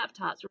laptops